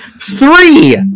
three